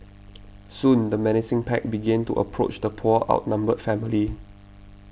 soon the menacing pack began to approach the poor outnumbered family